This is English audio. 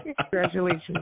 Congratulations